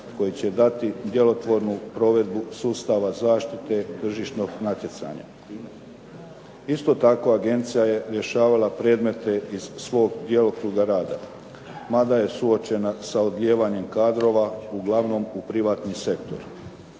koji će dati djelotvornu provedbu sustava zaštite tržišnog natjecanja. Isto tako agencija je rješavala predmete iz svog djelokruga rada. Ma da je suočena sa odlijevanjem kadrova uglavnom u privatni sektor.